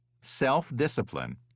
Self-discipline